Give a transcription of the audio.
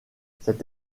cette